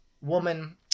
woman